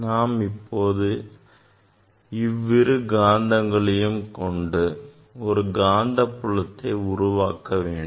நான் இப்போது இவ்விரு காந்தங்களையும் கொண்டு ஒரு காந்தப் புலத்தை உருவாக்க வேண்டும்